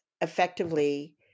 effectively